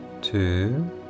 Two